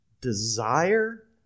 desire